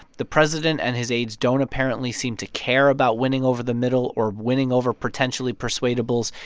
the president and his aides don't apparently seem to care about winning over the middle or winning over potentially persuadables.